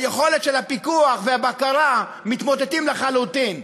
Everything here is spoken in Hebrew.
היכולת של הפיקוח והבקרה מתמוטטת לחלוטין.